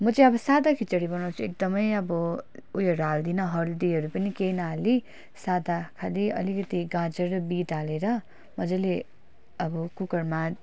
म चाहिँ अब सादा खिचडी बनाउँछु एकदमै अब उयोहरू हाल्दिनँ हल्दीहरू पनि केही नहाली सादा खालि अलिकति गाजर र बिट हालेर मज्जाले अब कुकरमा